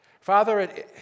Father